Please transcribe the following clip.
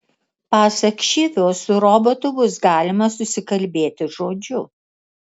pasak šivio su robotu bus galima susikalbėti žodžiu